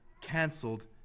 canceled